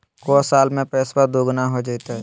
को साल में पैसबा दुगना हो जयते?